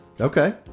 Okay